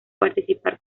participar